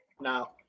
Now